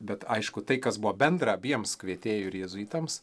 bet aišku tai kas buvo bendra abiems kvietėjui ir jėzuitams